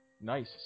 Nice